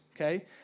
okay